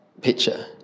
picture